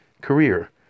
career